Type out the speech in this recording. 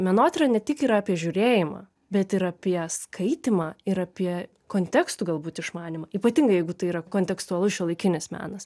menotyra ne tik yra apie žiūrėjimą bet ir apie skaitymą ir apie kontekstų galbūt išmanymą ypatingai jeigu tai yra kontekstualus šiuolaikinis menas